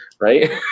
Right